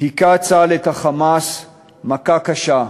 הכה צה"ל את ה"חמאס" מכה קשה.